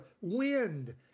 wind